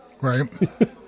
Right